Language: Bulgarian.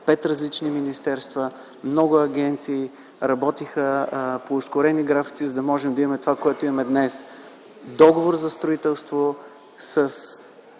пет различни министерства, много агенции работиха по ускорени графици, за да можем да имаме това, което имаме днес – договор за строителство с